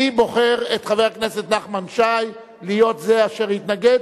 אני בוחר את חבר הכנסת נחמן שי להיות זה אשר יתנגד,